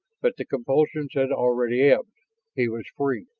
but the compulsion had already ebbed he was free.